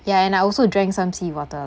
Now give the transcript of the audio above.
ya and I also drank some seawater